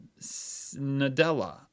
Nadella